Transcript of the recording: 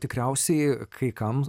tikriausiai kai kam